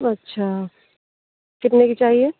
अच्छा कितने की चाहिए